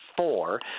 Four